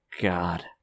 god